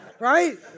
Right